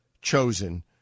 chosen